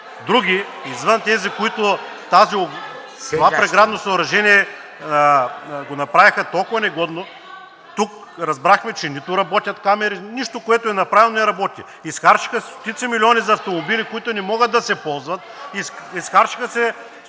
други извън тези, които това преградно съоръжение го направиха толкова негодно. Тук разбрахме, че нито работят камери – нищо, което е направено, не работи. Изхарчиха се стотици милиони за автомобили (шум и реплики